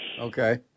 Okay